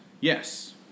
Yes